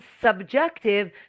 subjective